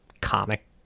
comic